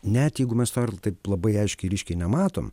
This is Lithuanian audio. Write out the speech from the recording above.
net jeigu mes to ir taip labai aiškiai ryškiai nematom